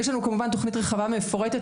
יש לנו כמובן תוכנית רחבה ומפורטת,